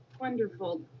wonderful